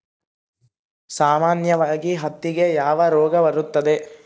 ಸಾಮಾನ್ಯವಾಗಿ ಹತ್ತಿಗೆ ಯಾವ ರೋಗ ಬರುತ್ತದೆ?